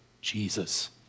Jesus